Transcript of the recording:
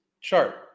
chart